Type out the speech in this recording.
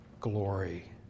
glory